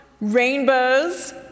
Rainbows